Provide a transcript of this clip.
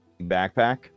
backpack